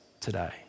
today